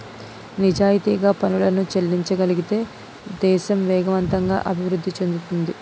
నిజాయితీగా పనులను చెల్లించగలిగితే దేశం వేగవంతంగా అభివృద్ధి చెందుతుంది